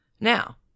now